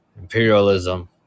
imperialism